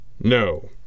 No